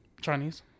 Chinese